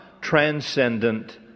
transcendent